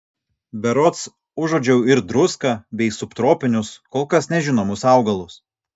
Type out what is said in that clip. berods užuodžiau ir druską bei subtropinius kol kas nežinomus augalus